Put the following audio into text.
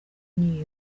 new